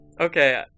Okay